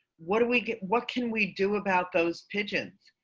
what do we get, what can we do about those pigeons.